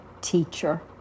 teacher